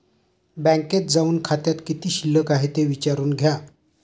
बँकेत जाऊन खात्यात किती शिल्लक आहे ते विचारून घ्या